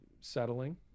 settling